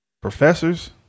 professors